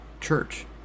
church